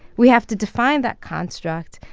we have to define that construct,